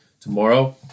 tomorrow